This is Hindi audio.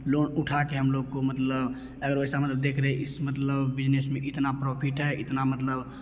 लोन उठाके हम लोग को मतलब अगर वैसा देख रहे इस मतलब बिजनेस में इतना प्रॉफिट है इतना मतलब